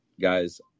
Guys